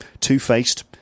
two-faced